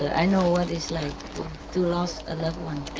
i know what it's like to lose a loved one.